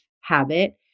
habit